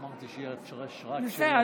אמרתי: תוסיפו,